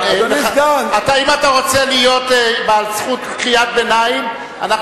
אם אתה רוצה להיות בעל זכות קריאת ביניים אנחנו